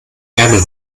ärmel